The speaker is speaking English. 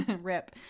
rip